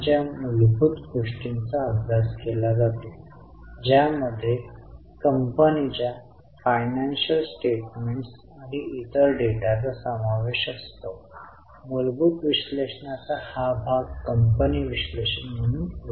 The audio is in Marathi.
तर नफा आणि तोटा खाते ओ म्हणून चिन्हांकित केले गेले होते डिबेंचर एक वित्तपुरवठा आयटम असल्याचे होते लेखाकार सीएसीएल होते करांचे उत्तर दायित्व ओ